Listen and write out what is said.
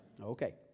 Okay